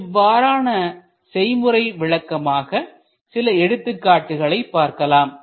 இவ்வாறான செய்முறை விளக்கமாக சில எடுத்துக்காட்டுகளைப் பார்க்கலாம்